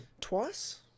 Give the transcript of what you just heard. Twice